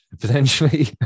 potentially